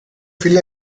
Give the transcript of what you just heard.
film